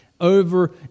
over